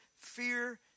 fear